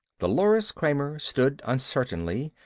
dolores kramer stood uncertainly,